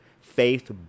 faith